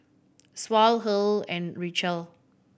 Saul and Richelle